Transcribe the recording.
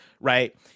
right